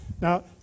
now